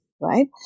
right